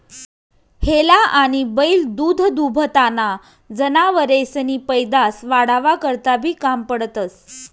हेला आनी बैल दूधदूभताना जनावरेसनी पैदास वाढावा करता बी काम पडतंस